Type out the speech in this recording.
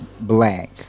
Black